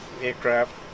aircraft